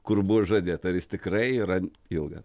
kur buvo žadėta ir jis tikrai yra ilgas